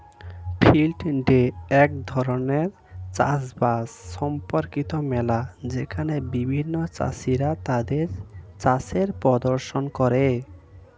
field day এক ধরণের চাষ বাস সম্পর্কিত মেলা যেখানে বিভিন্ন চাষীরা তাদের চাষের প্রদর্শন করে